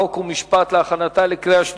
חוק ומשפט נתקבלה.